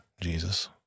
Jesus